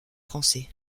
français